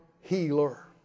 healer